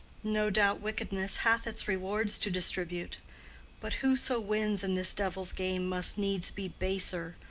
no doubt wickedness hath its rewards to distribute but who so wins in this devil's game must needs be baser,